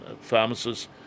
pharmacists